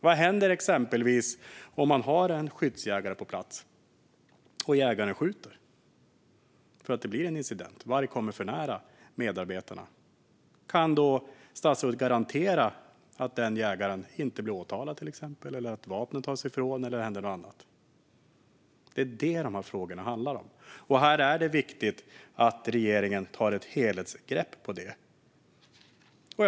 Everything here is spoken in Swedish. Vad händer exempelvis om man har en skyddsjägare på plats och jägaren skjuter därför att det inträffar en incident där en varg kommer för nära medarbetarna? Kan statsrådet garantera att den jägaren inte blir åtalad, att vapnet inte tas i beslag eller att det inte händer något annat? Det är det de här frågorna handlar om, och det är viktigt att regeringen tar ett helhetsgrepp här.